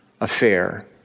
affair